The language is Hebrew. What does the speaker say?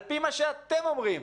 על פי מה שאתם אומרים,